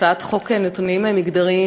הצעת חוק נתונים מגדריים,